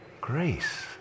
grace